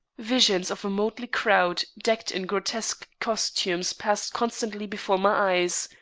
visions of a motley crowd decked in grotesque costumes passed constantly before my eyes.